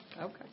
Okay